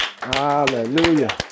Hallelujah